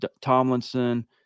Tomlinson